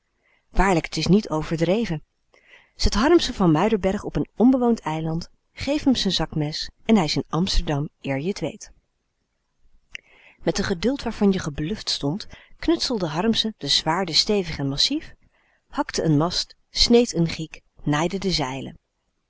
waarlijk t is niet overdreven zet harmsen van muiderberg op n onbewoond eiland geef m z'n zakmes en hij is in amsterdam eer je t weet met n geduld waarvan je gebluft stond knutselde harmsen de zwaarden stevig en massief hakte n mast sneed n giek naaide de zeilen